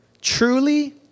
Truly